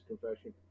confession